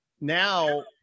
Now